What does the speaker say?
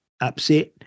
upset